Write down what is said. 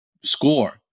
score